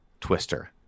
twister